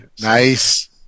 Nice